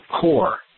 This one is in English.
core